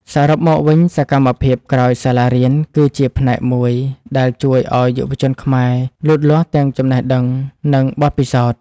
សរុបមកវិញសកម្មភាពក្រោយសាលារៀនគឺជាផ្នែកមួយដែលជួយឱ្យយុវជនខ្មែរលូតលាស់ទាំងចំណេះដឹងនិងបទពិសោធន៍។